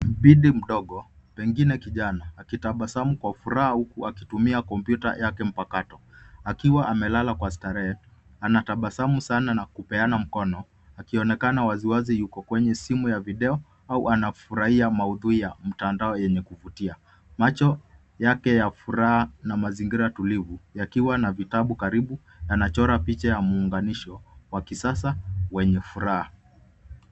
Bibi mdogo pengine kijana akitabasamu kwa furaha uku akitumia kompyuta yake mpakato, akiwa amelala kwa starehe ,anatabasamu sana na kupeana mkono ,akionekana wazi wazi yuko kwenye simu ya video au anafurahia maudhui ya mtandao yenye kuvutia. Macho yake ya furaha na mazingira tulivu yakiwa na vitabu karibu na anachora picha ya muunganisho wa kisasa wenye furaha.